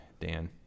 Dan